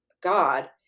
God